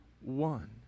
one